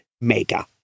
Mega